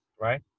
right